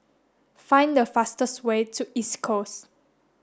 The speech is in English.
find the fastest way to East Coast